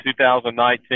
2019